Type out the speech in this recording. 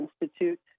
Institute